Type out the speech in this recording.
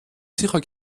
sicher